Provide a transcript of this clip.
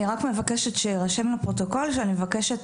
אני רק מבקשת שיירשם לפרוטוקול שאני מבקשת